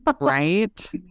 right